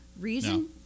Reason